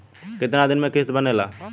कितना दिन किस्त बनेला?